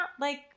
like-